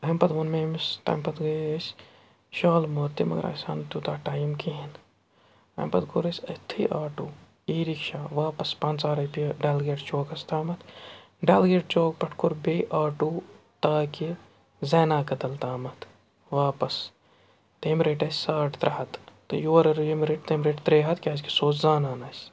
اَمہِ پَتہٕ ووٚن مےٚ أمِس تَمہِ پَتہٕ گٔیے أسۍ شالمور تہِ مگر اَسہِ آو نہٕ تیوٗتاہ ٹایم کِہیٖنۍ اَمہِ پَتہٕ کوٚر اَسہِ أتھٕے آٹوٗ ای رِکشاہ واپَس پَنٛژاہ رۄپیہِ ڈَل گیٹ چوکَس تامَتھ ڈل گیٹ چوک پٮ۪ٹھ کوٚر بیٚیہِ آٹوٗ تاکہِ زینا قدل تامَتھ واپَس تٔمۍ رٔٹۍ اَسہِ ساڑ ترٛےٚ ہَتھ تہٕ یورٕ ییٚمۍ رٔٹۍ تٔمۍ رٔٹۍ ترٛےٚ ہَتھ کیٛازِکہِ سُہ اوس زانان آسہِ